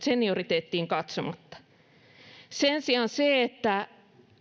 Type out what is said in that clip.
senioriteettiin katsomatta sen sijaan se että